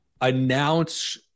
announce